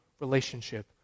relationship